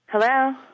Hello